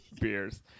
beers